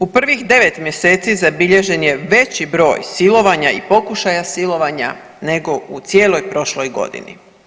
U prvih 9 mjeseci zabilježen je veći broj silovanja i pokušaja silovanja nego u cijeloj prošloj godini.